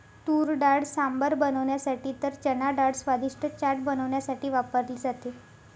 तुरडाळ सांबर बनवण्यासाठी तर चनाडाळ स्वादिष्ट चाट बनवण्यासाठी वापरली जाते